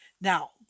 Now